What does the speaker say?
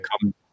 come